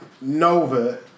Nova